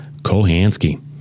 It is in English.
Kohansky